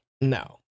No